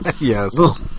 Yes